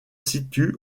situe